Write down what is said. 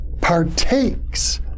partakes